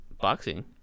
boxing